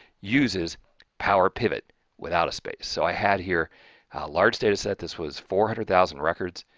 uses powerpivot without a space. so i had here a large data set. this was four hundred thousand records,